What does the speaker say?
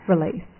release